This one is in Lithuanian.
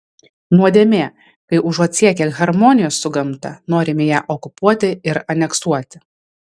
nuodėmė kai užuot siekę harmonijos su gamta norime ją okupuoti ir aneksuoti